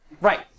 Right